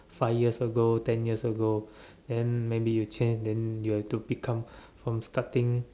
five years ago ten years ago then maybe you change then you are to become from starting